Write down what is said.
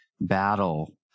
battle